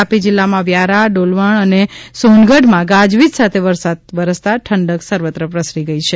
તાપી જિલ્લામાં વ્યારા ડોલવમ અને સોનગઢમાં ગાજવીજ સાથે વરસાદ વરસતા ઠંડક સર્વત્ર પ્રસરી ગઇ છે